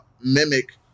mimic